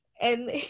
And-